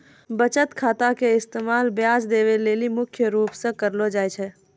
बचत खाता के इस्तेमाल ब्याज देवै लेली मुख्य रूप से करलो जाय छै